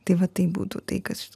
tai vat tai būtų tai kas